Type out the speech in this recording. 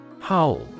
Howl